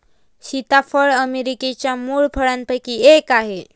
सीताफळ अमेरिकेच्या मूळ फळांपैकी एक आहे